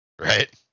Right